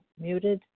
muted